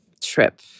trip